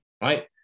right